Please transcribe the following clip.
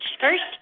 First